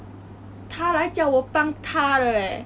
他来叫我帮他的 leh